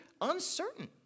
uncertain